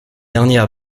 derniers